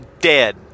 dead